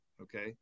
okay